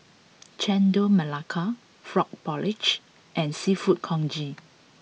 Chendol Melaka Frog Porridge and seafood Congee